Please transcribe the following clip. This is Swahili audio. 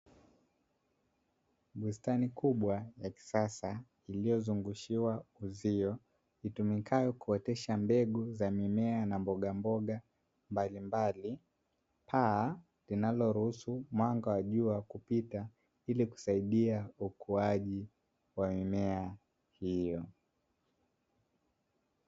Bustani kubwa ya kisasa iliyo zungushiwa uzio itumikayo kuotesha mbegu za mimea na mbogamboga mbalimbali, paa linaloruhusu mwanga wa jua kupita ili kusaidia ukuaji wa mimea hiyo.